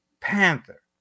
Panther